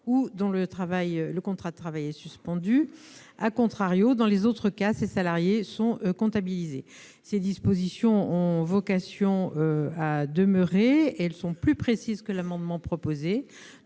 ou dont le contrat de travail est suspendu., dans les autres cas, ces salariés sont comptabilisés. Ces dispositions ont vocation à demeurer et sont plus précises que ce qui est proposé